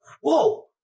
whoa